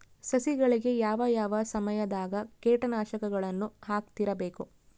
ಸಸಿಗಳಿಗೆ ಯಾವ ಯಾವ ಸಮಯದಾಗ ಕೇಟನಾಶಕಗಳನ್ನು ಹಾಕ್ತಿರಬೇಕು?